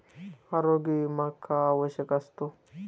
आरोग्य विमा का आवश्यक असतो?